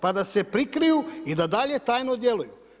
Pa da se prikriju i da dalje tajno djeluju.